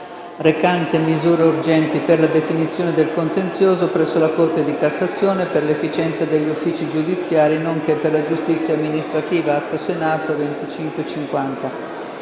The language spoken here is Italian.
recante misure urgenti per la definizione del contenzioso presso la Corte di cassazione, per l'efficienza degli uffici giudiziari, nonché per la giustizia amministrativa, premesso che: